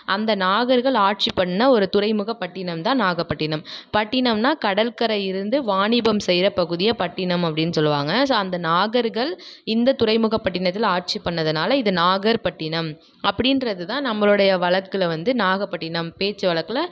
அந்த நாகர்கள் ஆட்சி பண்ண ஒரு துறைமுக பட்டினம் தான் நாகப்பட்டினம் பட்டினம்னா கடல்கரை இருந்து வாணிபம் செய்கிற பகுதிய பட்டினம் அப்படீனு சொல்லுவாங்க ஸோ அந்த நாகர்கள் இந்த துறைமுகம் பட்டினத்தில் ஆட்சி பண்ணதனால் இது நாகர்பட்டினம் அப்படீன்றது தான் நம்மளோடய வழக்கில் வந்து நாகப்பட்டினம் பேச்சு வழக்கில்